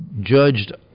judged